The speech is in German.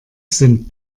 sind